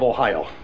Ohio